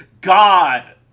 God